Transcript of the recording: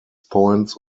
points